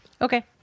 Okay